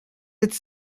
êtes